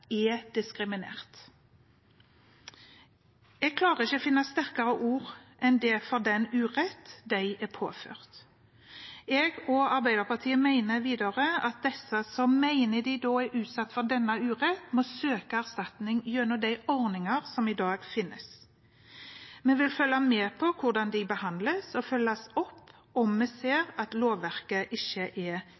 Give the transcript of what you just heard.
er diskriminert. Jeg klarer ikke å finne sterkere ord enn det for den urett de er påført. Jeg og Arbeiderpartiet mener videre at de som mener de er utsatt for denne urett, må søke erstatning gjennom de ordninger som i dag finnes. Vi vil følge med på hvordan de behandles, og følge opp om vi ser at lovverket ikke er tydelig nok. Men la det ikke være noe tvil: Det er